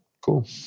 cool